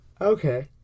okay